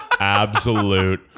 Absolute